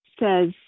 says